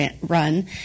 run